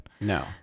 No